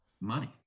money